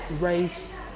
race